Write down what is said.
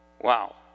Wow